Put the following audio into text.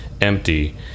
empty